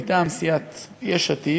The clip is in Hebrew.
מטעם סיעת יש עתיד,